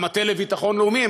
המטה לביטחון לאומי,